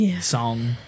song